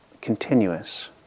continuous